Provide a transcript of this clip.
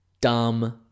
dumb